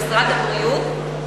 משרד הבריאות,